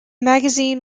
magazine